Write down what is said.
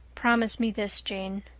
promise me this, jane.